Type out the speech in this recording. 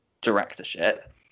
directorship